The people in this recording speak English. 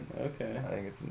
Okay